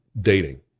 dating